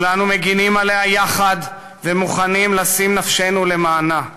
כולנו מגינים עליה יחד ומוכנים לשים נפשנו למענה.